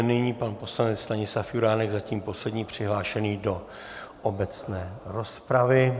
Nyní pan poslanec Stanislav Juránek, zatím poslední přihlášený do obecné rozpravy.